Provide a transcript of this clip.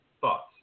Thoughts